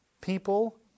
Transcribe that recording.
People